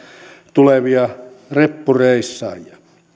tulevia reppureissaajia